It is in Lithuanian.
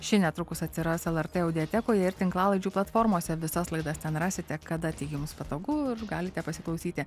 ši netrukus atsiras lrt audiatekoje ir tinklalaidžių platformose visas laidas ten rasite kada jums patogu ir galite pasiklausyti